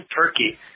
Turkey